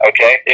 Okay